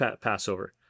Passover